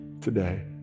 today